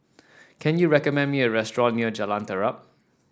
can you recommend me a restaurant near Jalan Terap